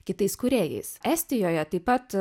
kitais kūrėjais estijoje taip pat